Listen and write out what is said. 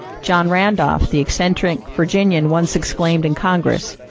john randolph, the eccentric virginian, once exclaimed in congress,